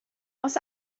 oes